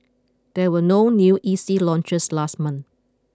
there were no new E C launches last month